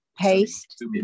Paste